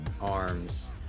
arms